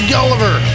Gulliver